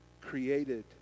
created